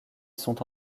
sont